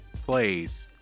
plays